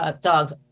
dogs